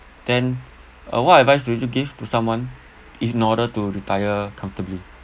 then uh what advice do you give to someone in order to retire comfortably